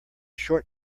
short